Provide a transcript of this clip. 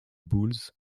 bulls